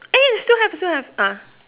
eh still have still have ah